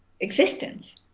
existence